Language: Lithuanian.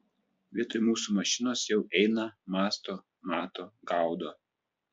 vietoj mūsų mašinos jau eina mąsto mato gaudo